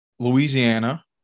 Louisiana